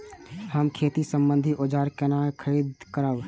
हम खेती सम्बन्धी औजार केना खरीद करब?